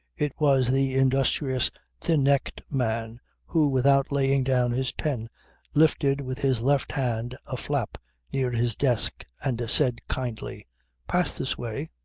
it was the industrious thin-necked man who without laying down his pen lifted with his left hand a flap near his desk and said kindly pass this way.